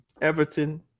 Everton